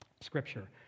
Scripture